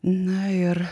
na ir